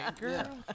girl